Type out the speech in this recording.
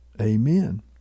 Amen